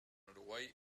uruguay